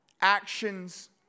actions